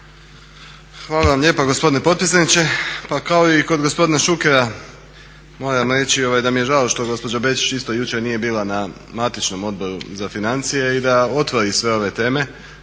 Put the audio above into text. Hvala vam lijepo gospodine potpredsjedniče. Pa kao i kod gospodina Šukera moram reći da mi je žao što gospođa Bečić isto jučer nije bila na matičnom Odboru za financije i da otvori sve ove teme.